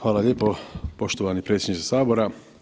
Hvala lijepo poštovani predsjedniče Sabora.